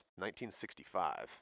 1965